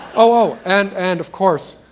oh, and and of course,